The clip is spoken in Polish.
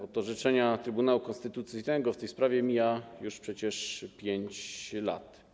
Od orzeczenia Trybunału Konstytucyjnego w tej sprawie mija już przecież 5 lat.